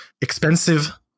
expensive